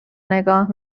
نگاه